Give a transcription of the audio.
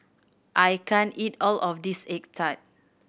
I can't eat all of this egg tart